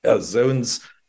Zones